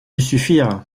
suffire